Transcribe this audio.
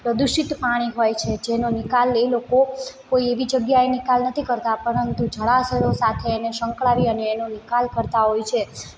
પ્રદુષિત પાણી હોય છે જેનો નિકાલ એ લોકો કોઈ એવી જગ્યાએ નિકાલ નથી કરતા પરંતુ જળાશયો સાથે અને સંકળાવી અને એનો નિકાલ કરતા હોય છે